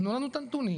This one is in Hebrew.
תנו לנו את הנתונים,